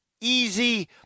easy